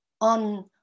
on